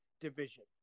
division